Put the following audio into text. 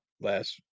last